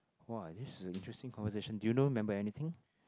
[wah] this is a interesting conversation do you know remember anything